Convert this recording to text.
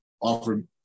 offered